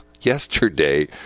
yesterday